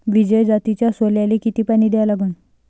विजय जातीच्या सोल्याले किती पानी द्या लागन?